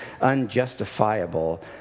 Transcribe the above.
unjustifiable